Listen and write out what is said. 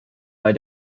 bei